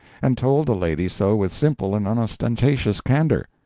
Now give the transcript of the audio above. and told the lady so with simple and unostentatious candor.